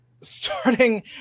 Starting